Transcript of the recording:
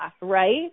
right